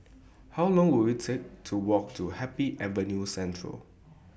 How Long Will IT Take to Walk to Happy Avenue Central